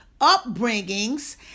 upbringings